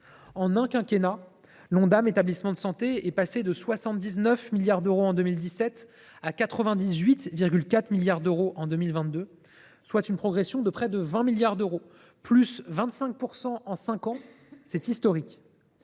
En un quinquennat, l’Ondam établissements de santé est passé de 79 milliards d’euros en 2017 à 98,4 milliards d’euros en 2022, soit une progression de près de 20 milliards d’euros. Plus 25 % en cinq ans : c’est historique